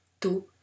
Tu